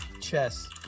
chess